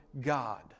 God